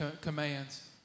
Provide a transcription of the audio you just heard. commands